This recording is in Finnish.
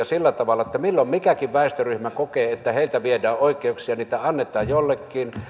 sillä tavalla että milloin mikäkin väestöryhmä kokee että heiltä viedään oikeuksia niitä annetaan jollekin